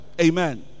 Amen